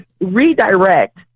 redirect